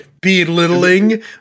Belittling